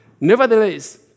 Nevertheless